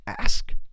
ask